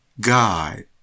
God